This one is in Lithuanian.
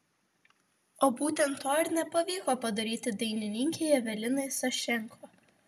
o būtent to ir nepavyko padaryti dainininkei evelinai sašenko